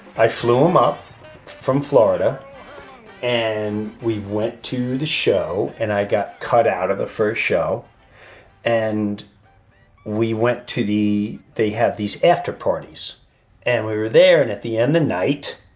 i flew him up from florida and we went to the show and i got cut out of the first show and we went to the. they had these after parties and we were there. and at the end the night